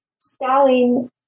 Stalin